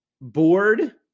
board